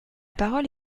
parole